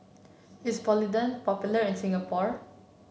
is Polident popular in Singapore